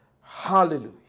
Hallelujah